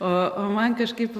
o o man kažkaip